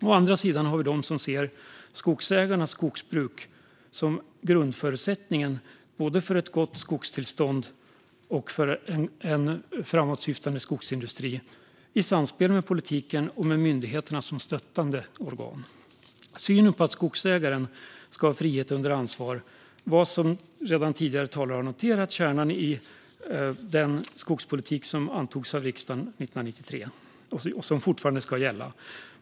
Å andra sidan har vi dem som ser skogsägarnas skogsbruk som grundförutsättningen för både ett gott skogstillstånd och en framåtsyftande skogsindustri, i samspel med politiken och med myndigheterna som stöttande organ. Synen på att skogsägaren ska ha frihet under ansvar var som tidigare talare redan noterat kärnan i den skogspolitik som antogs av riksdagen 1993 och fortfarande ska gälla.